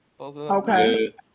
Okay